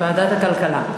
ועדת הכלכלה.